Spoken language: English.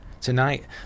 Tonight